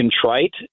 contrite